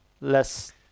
less